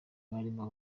barimo